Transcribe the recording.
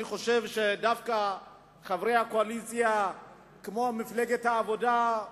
אני חושב שדווקא חברי הקואליציה כמו מפלגת העבודה,